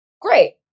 great